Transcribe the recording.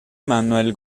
manuel